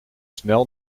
snel